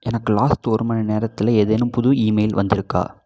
எனக்கு லாஸ்ட் ஒரு மணி நேரத்தில் ஏதேனும் புது இமெயில் வந்திருக்கா